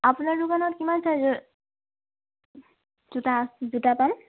আপোনাৰ দোকানত কিমান চাইজৰ জোতা আ জোতা পায়